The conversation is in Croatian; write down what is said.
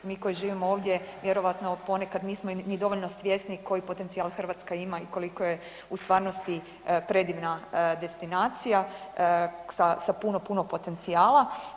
Mi koji živimo ovdje vjerojatno ponekad nismo niti dovoljno svjesni koji potencijal Hrvatska ima i koliko je u stvarnosti predivna destinacija sa puno, puno potencijala.